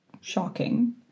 shocking